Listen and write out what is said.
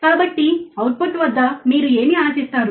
కాబట్టి అవుట్పుట్ వద్ద మీరు ఏమి ఆశిస్తారు